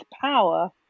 power